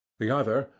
the other,